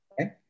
okay